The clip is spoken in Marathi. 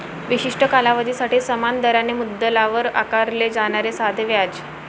विशिष्ट कालावधीसाठी समान दराने मुद्दलावर आकारले जाणारे साधे व्याज